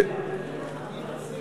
אני מציע